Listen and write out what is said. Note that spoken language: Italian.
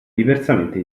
diversamente